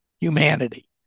humanity